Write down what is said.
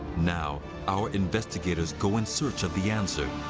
now, our investigators go in search of the answer.